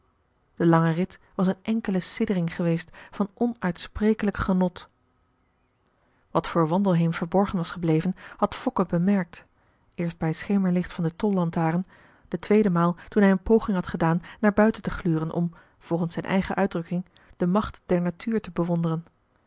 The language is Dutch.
de lange rit was een enkele siddering geweest van onuitsprekelijk genot wat voor wandelheem verborgen was gebleven had fokke bemerkt eerst bij het schemerlicht van de tollantaren de tweede maal toen hij een poging had gedaan naar buiten te gluren om volgens zijn eigen uitdrukking de macht der natuur te bewonderen